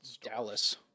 Dallas